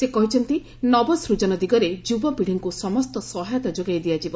ସେ କହିଛନ୍ତି ନବସ୍କଜନ ଦିଗରେ ଯୁବପିଢ଼ୀଙ୍କୁ ସମସ୍ତ ସହାୟତା ଯୋଗାଇ ଦିଆଯିବ